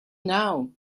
now